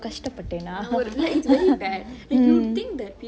கஷ்ட்ட பட்டேனா:kashte patenaa mm